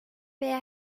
veya